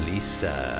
Lisa